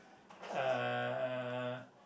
uh